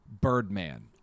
Birdman